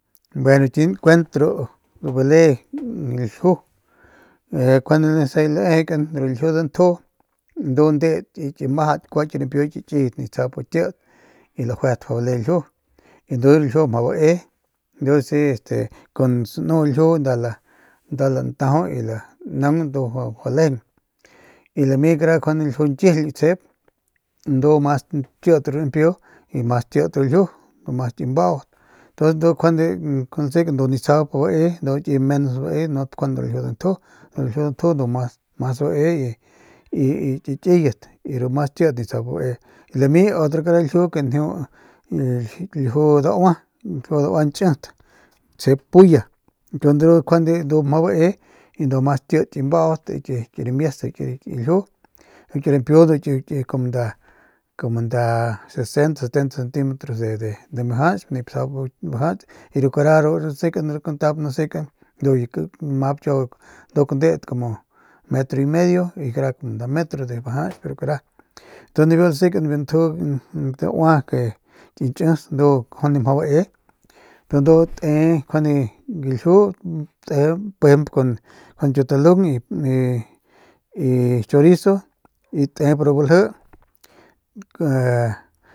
Bueno chiñi nkuenkan de ru bale ljiu njuande gua sajay laejekan ru ljiu dantju ndu ndeut ki majat kua ki rimpiu ki kiyat nip tsjap kit y lajuet mjau bale ki ljiu y ndu ki ljiu mjau bae y ndu si ki kun mjau sanu ljiu nda lantajau lanaug ndu mja lejeng y lami kara njuande ljiu nkijily tsjep ndu mas kit ru rampiu y mas kit ru ljiu mas ki mbaut ntuns ndu njuande lasekan ndu nip tsjau bae nup njuande ru ljiu danju ru ljiu dantju ndu mas bae y y yki kiyet ru mas ru mas kiy y nip tsjau bae y lami kara ljiu ke njeu ljiu daua nchit ke tjep pulla ndu de ru njuande mjau bae y ndu mas kit ki mbaut y ramies ki ljiu ru rampiu ki ki kumu kumu nda 60 o 70 centimetros de majachpnip tsjau bajach y ru kara ru lasekan ru kantap nasekan ndu lamap kiau nduk nduk ndeut kumu metro y medio y kara nda metro de bajach y nibiu lasekan de biu ntju daua nchis ndu njuande mjau bae y tu ndu njuande te ru ljiu te pejemp kun ñkiutalung y y y tep ru chorizo tep ru balji.